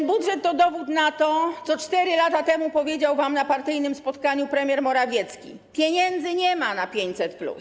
Ten budżet to dowód na to, co 4 lata temu powiedział wam na partyjnym spotkaniu premier Morawiecki, że pieniędzy nie ma na 500+.